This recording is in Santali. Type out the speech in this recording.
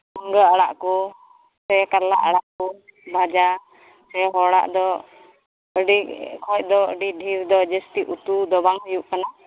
ᱢᱩᱱᱜᱟᱹ ᱟᱲᱟᱜ ᱠᱚ ᱥᱮ ᱠᱟᱨᱞᱟ ᱟᱲᱟᱜ ᱠᱚ ᱵᱷᱟᱡᱟ ᱥᱮ ᱦᱚᱲᱟᱜ ᱫᱚ ᱟᱹᱰᱤ ᱠᱷᱚᱡ ᱫᱚ ᱟᱹᱰᱤ ᱰᱷᱮᱨ ᱫᱚ ᱡᱟᱹᱥᱛᱤ ᱩᱛᱩ ᱫᱚ ᱵᱟᱝ ᱦᱩᱭᱩᱜ ᱠᱟᱱᱟ